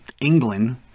England